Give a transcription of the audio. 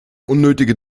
unnötige